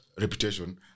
reputation